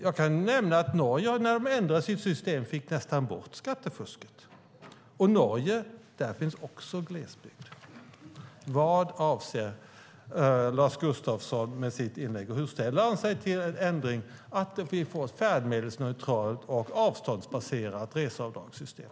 Jag kan nämna att Norge, när de ändrade sitt system, nästan fick bort skattefusket. Och i Norge finns det också glesbygd. Vad avser Lars Gustafsson med sitt inlägg, och hur ställer han sig till ändringen att få ett färdmedelsneutralt och avståndsbaserat reseavdragssystem?